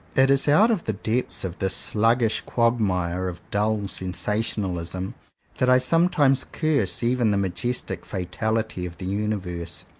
it is out of the depths of this sluggish quagmire of dull sensationalism that i sometimes curse even the majestic fatality of the universe.